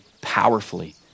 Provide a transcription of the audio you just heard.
powerfully